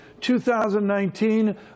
2019